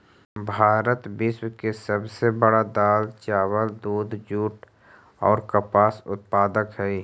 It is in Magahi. भारत विश्व के सब से बड़ा दाल, चावल, दूध, जुट और कपास उत्पादक हई